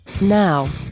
now